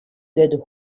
dead